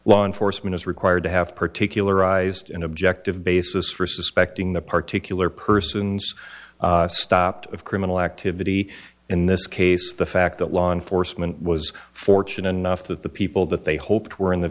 law enforcement is required to have particularized an objective basis for suspecting that particularly persons stopped of criminal activity in this case the fact that law enforcement was fortunate enough that the people that they hoped were in the